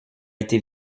été